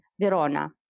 Verona